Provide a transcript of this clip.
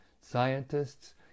Scientists